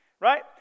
Right